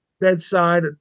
bedside